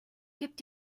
gibt